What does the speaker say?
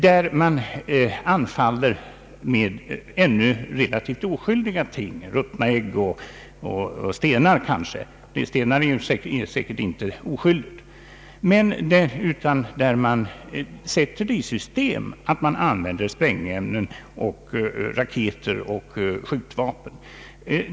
Där anfaller man ännu med relativt oskyldiga ting som ruttna ägg och stenar — de senare för visso farligare. Men anta att man sätter det i system att använda sprängämnen, raketer och skjutvapen!